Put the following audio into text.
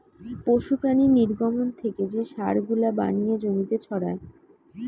পশু প্রাণীর নির্গমন থেকে যে সার গুলা বানিয়ে জমিতে ছড়ায়